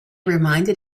reminded